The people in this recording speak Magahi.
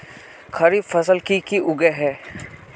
खरीफ फसल की की उगैहे?